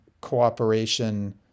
cooperation